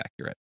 accurate